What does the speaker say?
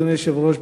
אדוני היושב-ראש,